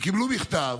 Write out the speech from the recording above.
הם קיבלו מכתב